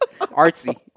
artsy